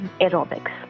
aerobics